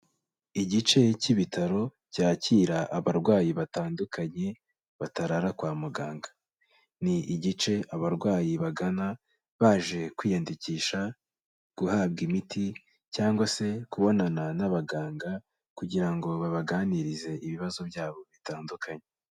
Igice cy'ibitaro cyakira abarwayi batandukanye batarara kwa muganga, ni igice abarwayi bagana baje kwiyandikisha, guhabwa imiti cyangwa se kubonana n'abaganga kugira ngo babaganirize ibibazo byabo bitandukanye.